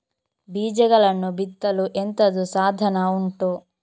ಬೀಜಗಳನ್ನು ಬಿತ್ತಲು ಎಂತದು ಸಾಧನ ಉಂಟು?